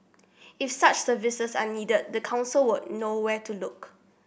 if such services are needed the council would know where to look